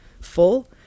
full